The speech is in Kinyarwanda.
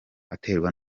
aterwa